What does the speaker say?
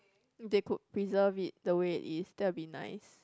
they could preserve it the way it is that would be nice